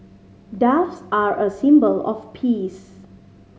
doves are a symbol of peace